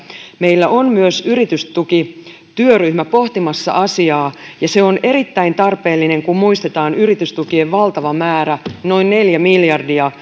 meillä on myös yritystukityöryhmä pohtimassa asiaa ja se on erittäin tarpeellinen kun muistetaan yritystukien valtava määrä noin neljä miljardia